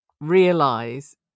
realize